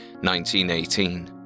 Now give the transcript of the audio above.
1918